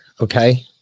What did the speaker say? okay